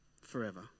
forever